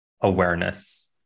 awareness